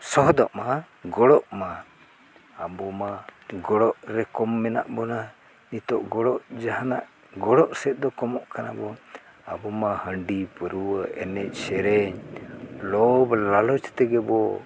ᱥᱚᱦᱚᱫᱚᱜ ᱢᱟ ᱜᱚᱲᱚᱜ ᱢᱟ ᱟᱵᱚ ᱢᱟ ᱜᱚᱲᱚᱜ ᱨᱮ ᱠᱚᱢ ᱢᱮᱱᱟᱜ ᱵᱚᱱᱟ ᱱᱤᱛᱳᱜ ᱜᱚᱲᱚ ᱡᱟᱦᱟᱱᱟᱜ ᱜᱚᱲᱚ ᱥᱮᱫ ᱫᱚ ᱠᱚᱢᱚᱜ ᱠᱟᱱᱟ ᱵᱚ ᱟᱵᱚ ᱢᱟ ᱦᱟᱺᱰᱤᱼᱯᱟᱹᱣᱨᱟᱹ ᱮᱱᱮᱡᱼᱥᱮᱨᱮᱧ ᱞᱚᱵᱷᱼᱞᱟᱞᱚᱪ ᱛᱮᱜᱮ ᱵᱚ